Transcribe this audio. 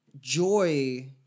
joy